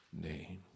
name